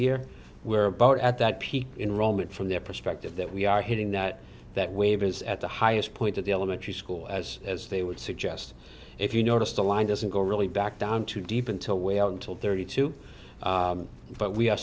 year we're about at that peak in roman from their perspective that we are hitting that that wave is at the highest point at the elementary school as as they would suggest if you noticed the line doesn't go really back down too deep until way out until thirty two but we are